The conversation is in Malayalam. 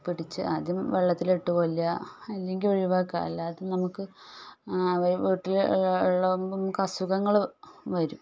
പിടിച്ച് ആദ്യം വെള്ളത്തിലിട്ട് കൊല്ലുക അല്ലെങ്കിൽ ഒഴിവാക്കുക അല്ലാതെ നമുക്ക് അവയെ വീട്ടിൽ ഉള്ള നമുക്ക് അസുഖങ്ങൾ വരും